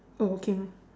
oh okay